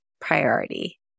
priority